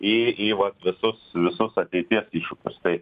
į į vat visus visus ateities iššūkius tai